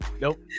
Nope